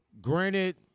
Granted